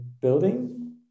building